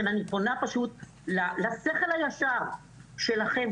אני פונה לשכל הישר שלכם,